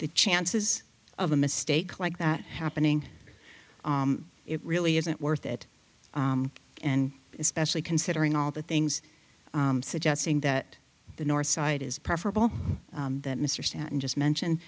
the chances of a mistake like that happening it really isn't worth it and especially considering all the things suggesting that the north side is preferable that mr stanton just mentioned